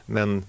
Men